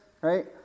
right